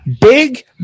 Big